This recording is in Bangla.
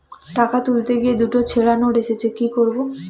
টাকা তুলতে গিয়ে দুটো ছেড়া নোট এসেছে কি করবো?